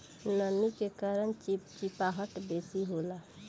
नमी के कारण चिपचिपाहट बेसी होला